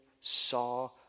saw